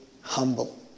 humble